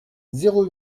zéro